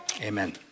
amen